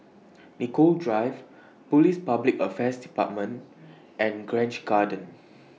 Nicoll Drive Police Public Affairs department and Grange Garden